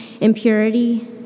impurity